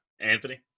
Anthony